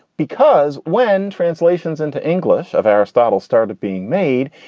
because when translations into english of aristotle started being made,